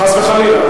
חס וחלילה.